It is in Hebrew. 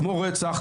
כמו רצח,